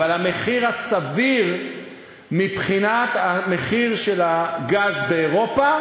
אבל המחיר הסביר מבחינת המחיר של הגז באירופה,